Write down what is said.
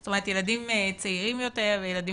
זאת אומרת ילדים צעירים יותר וילדים